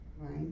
Right